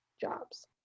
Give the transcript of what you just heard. jobs